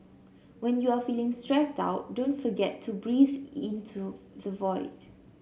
when you are feeling stressed out don't forget to breathe into the void